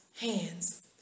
hands